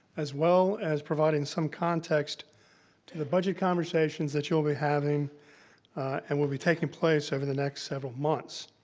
as well as providing some context to the budget conversations that you'll be having and will be taking place over the next several months.